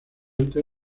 antes